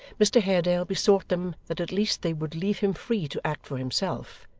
mr haredale besought them that at least they would leave him free to act for himself,